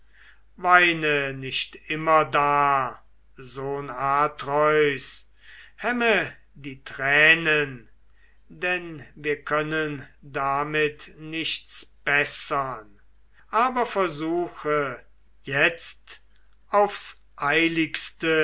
weine nicht immerdar sohn atreus hemme die tränen denn wir können damit nichts bessern aber versuche jetzt aufs eiligste